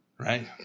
Right